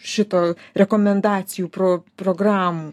šito rekomendacijų pro programų